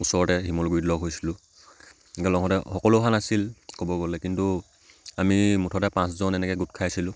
ওচৰতে শিমলগুৰিত লগ হৈছিলোঁ লগতে সকলো অহা নাছিল ক'ব গ'লে কিন্তু আমি মুঠতে পাঁচজন এনেকৈ গোট খাইছিলোঁ